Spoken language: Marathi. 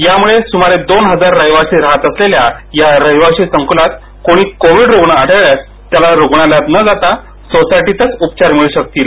यामुळे सुमारे दोन हजार रहिवासी राहत असलेल्या या रहिवाशी संकूलात कोणी कोविड रुग्ण आढळल्यास त्याला रुग्णालयात न जाता सोसायटीतच उपचार मिळू शकतील